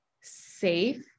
safe